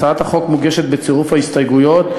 הצעת החוק מוגשת בצירוף ההסתייגויות,